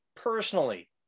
personally